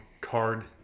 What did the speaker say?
card